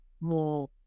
more